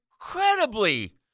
incredibly